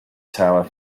tower